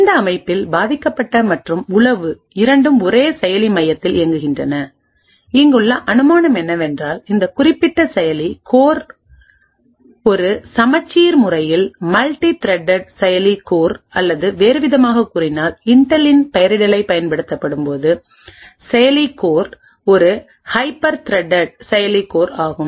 இந்த அமைப்பில் பாதிக்கப்பட்ட மற்றும் உளவு இரண்டும் ஒரே செயலி மையத்தில் இயங்குகின்றன இங்குள்ள அனுமானம் என்னவென்றால் இந்த குறிப்பிட்ட செயலி கோர் ஒரு சமச்சீர் முறையில் மல்டி த்ரெட் செயலி கோர் அல்லது வேறுவிதமாகக் கூறினால் இன்டெல்லின் பெயரிடலைப் பயன்படுத்தும் போதுசெயலி கோர் ஒரு ஹைப்பர் த்ரெட் செயலி கோர் ஆகும்